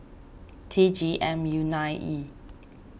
T G M U nine E